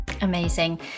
Amazing